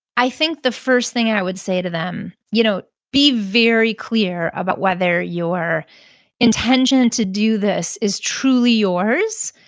i think the first thing and i would say to them, you know, be very clear about whether your intention to do this is truly yours,